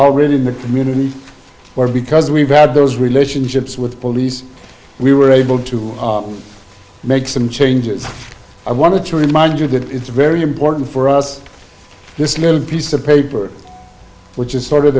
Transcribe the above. already in the community or because we've had those relationships with police we were able to make some changes i wanted to remind you that it's very important for us this little piece of paper which is sort of